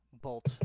bolt